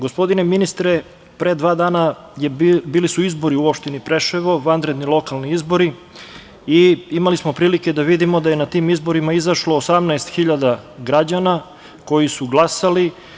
Gospodine ministre, pre dva dana su bili izbori u opštini Preševo, vanredni lokalni izbori, i imali smo prilike da vidimo da je na te izbore izašlo 18.000 građana koji su glasali.